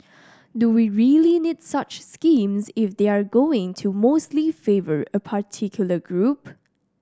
do we really need such schemes if they're going to mostly favour a particular group